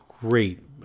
great